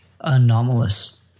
anomalous